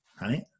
Right